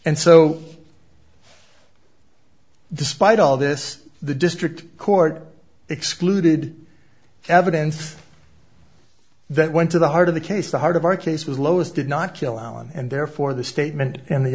and so despite all this the district court excluded evidence that went to the heart of the case the heart of our case was lois did not kill and therefore the statement and the